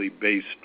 based